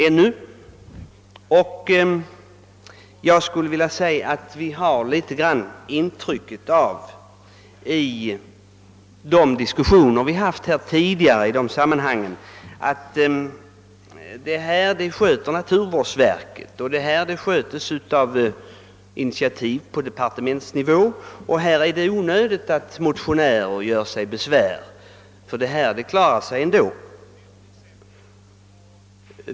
Jag har av de diskussioner vi tidigare har fört fått det intrycket, att man anser att detta är något som sköts av naturvårdsverket, att initiativen tas på departementsnivå och att det därför är onödigt att motionärer gör sig besvär — det här klarar sig ändå.